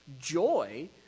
Joy